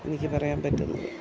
എനിക്ക് പറയാൻ പറ്റുന്നത്